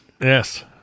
Yes